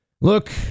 Look